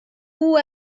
who